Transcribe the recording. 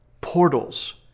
portals